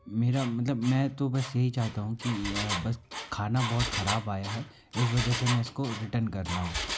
मेरा मतलब मैं तो बस यही चाहता हूँ कि या बस खाना बहुत ख़राब आया है इस वजह से मैं इसको रिटर्न कराउं